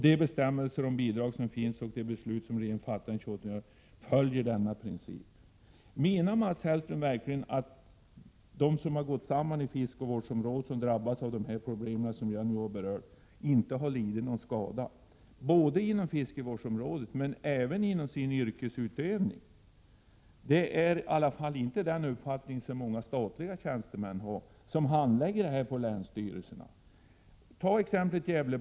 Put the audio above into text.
De bestämmelser om bidrag som finns och det beslut som regeringen fattade den 28 januari följer denna princip.” Menar Mats Hellström verkligen att de som har gått samman i ett fiskevårdsområde, och som har drabbats av de problem som jag här berört, inte har lidit någon skada inom fiskevårdsområdet eller när det gäller vederbörandes yrkesutövning? Det är i alla fall inte uppfattningen hos många statliga tjänstemän som handlägger detta på länsstyrelserna att det förhåller sig så.